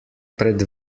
pred